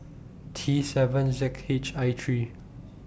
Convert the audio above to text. T seven Z H I three